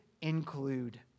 include